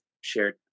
shared